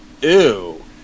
ew